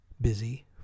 busy